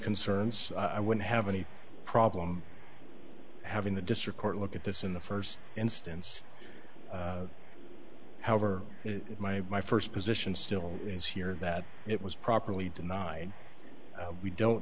concerns i wouldn't have any problem having the district court look at this in the first instance however my my first position still is here that it was properly denied we don't